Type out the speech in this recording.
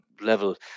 level